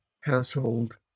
household